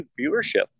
viewership